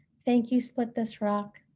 thank you, split this rock.